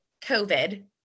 COVID